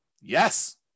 Yes